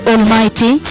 Almighty